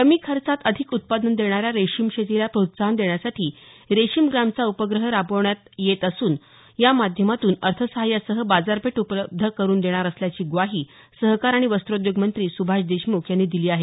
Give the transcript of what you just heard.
कमी खर्चात अधिक उत्पादन देणाऱ्या रेशीम शेतीला प्रोत्साहन देण्यासाठी रेशीम ग्रामचा उपक्रम राबवण्यात येत असून या माध्यमातून अर्थसहाय्यासह बाजारपेठ उपलब्ध करुन देणार असल्याची ग्वाही सहकार आणि वस्त्रोद्योग मंत्री सुभाष देशमुख यांनी दिली आहे